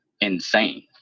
insane